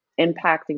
impacting